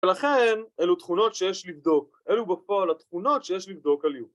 ‫ולכן אלו תכונות שיש לבדוק, ‫אלו בפועל התכונות שיש לבדוק עליו.